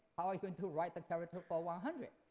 how are we going to write the character for one hundred?